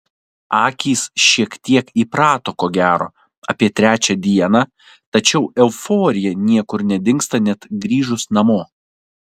akys šiek tiek įprato ko gero apie trečią dieną tačiau euforija niekur nedingsta net grįžus namo